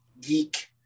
geek